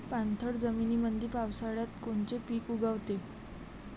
पाणथळ जमीनीमंदी पावसाळ्यात कोनचे पिक उगवते?